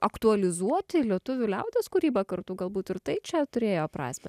aktualizuoti lietuvių liaudies kūrybą kartu galbūt ir tai čia turėjo prasmę